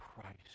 Christ